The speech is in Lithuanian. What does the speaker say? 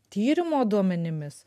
tyrimo duomenimis